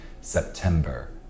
September